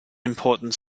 important